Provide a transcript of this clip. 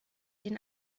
den